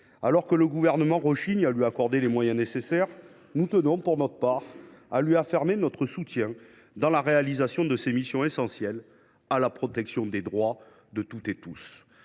Alors que le Gouvernement rechigne à lui accorder les moyens nécessaires, nous tenons pour notre part à lui assurer notre soutien dans la réalisation de ses missions essentielles à la protection des droits de toutes et tous.